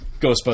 Ghostbusters